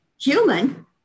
human